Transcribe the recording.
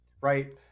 right